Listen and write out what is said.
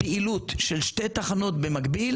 פעילות של שתי תחנות במקביל,